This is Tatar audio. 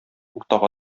уртага